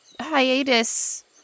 hiatus